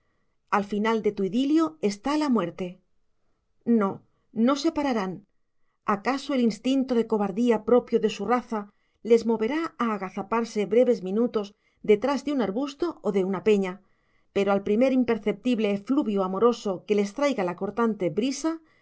al final de tu idilio está la muerte no no se pararán acaso el instinto de cobardía propio de su raza les moverá a agazaparse breves minutos detrás de un arbusto o de una peña pero al primer imperceptible efluvio amoroso que les traiga la cortante brisa al